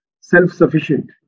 self-sufficient